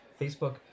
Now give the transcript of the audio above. Facebook